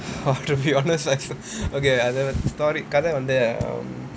oh to be honest I okay I tell you story கத வந்து:katha vanthu